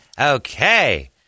okay